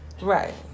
Right